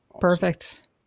Perfect